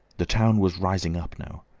the town was rising up now,